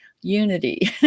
Unity